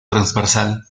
transversal